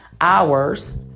hours